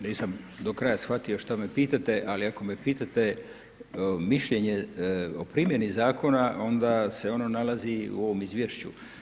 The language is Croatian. Nisam do kraja shvatio što me pitate, ali ako me pitate mišljenje o primjeni zakona onda se ono nalazi u ovom izvješću.